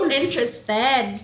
interested